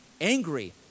Angry